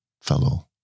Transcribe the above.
fellow